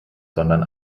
sondern